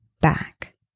back